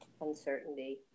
uncertainty